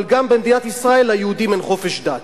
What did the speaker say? אבל גם במדינת ישראל ליהודים אין חופש דת.